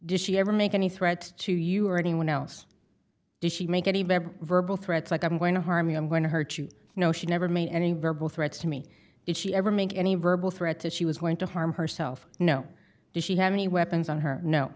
did she ever make any threats to you or anyone else did she make any verbal threats like i'm going to harm you i'm going to hurt you know she never made any verbal threats to me if she ever make any verbal threat to she was going to harm herself no did she have any weapons on her no